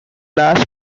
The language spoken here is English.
last